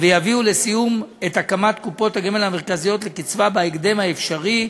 ויביאו לסיום את הקמת קופות הגמל המרכזיות לקצבה בהקדם האפשרי.